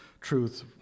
truth